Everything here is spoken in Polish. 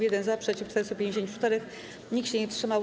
1 - za, przeciw - 454, nikt się nie wstrzymał.